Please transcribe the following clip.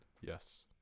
yes